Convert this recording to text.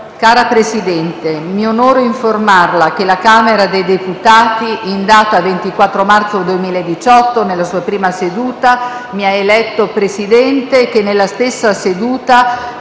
«Cara Presidente, mi onoro informarLa che la Camera dei deputati, in data 24 marzo 2018, nella sua prima seduta, mi ha eletto Presidente e che, nella seduta